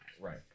Right